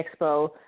Expo